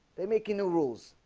they making new rules.